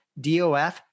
DOF